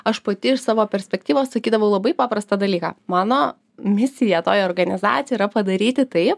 aš pati iš savo perspektyvos sakydavau labai paprastą dalyką mano misija toj organizacijoj yra padaryti taip